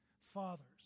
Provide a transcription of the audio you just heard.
Fathers